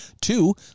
Two